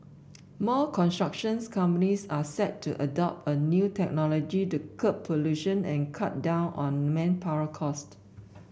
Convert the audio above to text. more constructions companies are set to adopt a new technology to curb pollution and cut down on manpower cost